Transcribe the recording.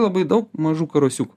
labai daug mažų karosiukų